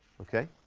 okay?